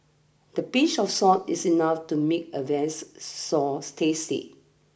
the pinch of salt is enough to make a sauce tasty